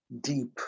deep